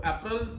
April